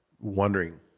wondering